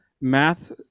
math